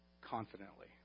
confidently